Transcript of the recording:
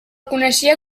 coneixia